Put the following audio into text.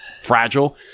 fragile